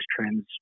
trends